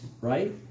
right